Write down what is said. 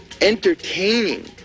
entertaining